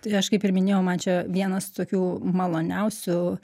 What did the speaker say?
tai aš kaip ir minėjau man čia vienas tokių maloniausių